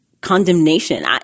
condemnation